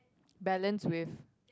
balance with